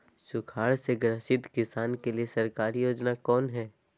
सुखाड़ से ग्रसित किसान के लिए सरकारी योजना कौन हय?